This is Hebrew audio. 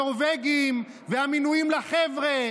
הנורבגים, והמינויים לחבר'ה.